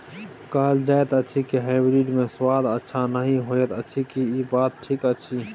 कहल जायत अछि की हाइब्रिड मे स्वाद अच्छा नही होयत अछि, की इ बात ठीक अछि?